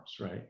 right